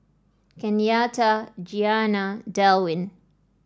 Kenyatta Gianna Delwin